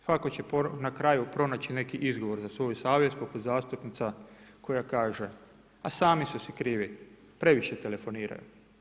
Svako će na kraju pronaći neki izgovor za svoju savjest poput zastupnica koja kaže, a sami su si krivi, previše telefoniraju.